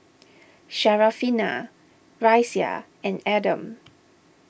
Syarafina Raisya and Adam